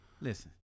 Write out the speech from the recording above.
Listen